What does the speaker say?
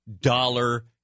dollar